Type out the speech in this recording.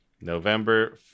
November